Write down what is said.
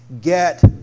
get